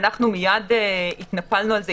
ואנחנו מיד התנפלנו על זה,